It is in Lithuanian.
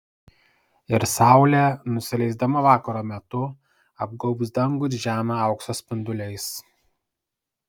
ir saulė nusileisdama vakaro metu apgaubs dangų ir žemę aukso spinduliais